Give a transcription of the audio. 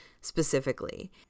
specifically